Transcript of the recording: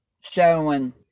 showing